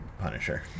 Punisher